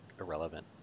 irrelevant